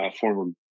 former